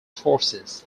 forces